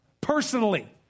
personally